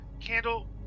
Candle